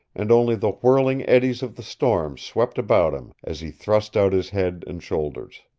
and only the whirling eddies of the storm swept about him as he thrust out his head and shoulders.